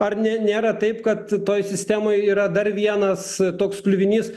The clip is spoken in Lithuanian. ar ne nėra taip kad toj sistemoj yra dar vienas toks kliuvinys